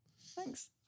Thanks